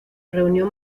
reunió